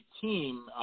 team